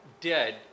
dead